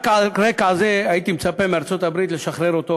רק על רקע זה הייתי מצפה מארצות-הברית לשחרר אותו,